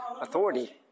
authority